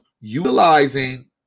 utilizing